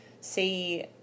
see